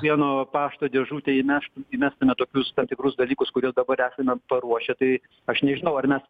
vieno pašto dėžutę įmeštų įmestume tokius tam tikrus dalykus kuriuos dabar esame paruošę tai aš nežinau ar mes